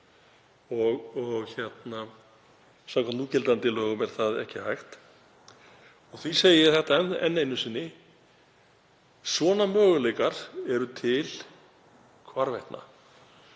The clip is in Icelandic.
fólk. Samkvæmt núgildandi lögum er það ekki hægt. Því segi ég þetta enn einu sinni: Svona möguleikar eru til hvarvetna.